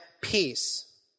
peace